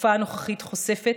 התקופה הנוכחית חושפת,